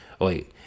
wait